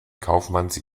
kaufmanns